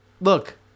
look